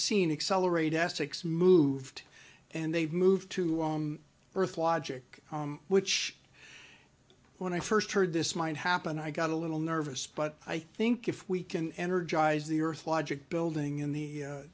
seen accelerate essex moved and they've moved to on earth logic which when i first heard this might happen i got a little nervous but i think if we can energize the earth logic building in the